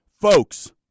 Folks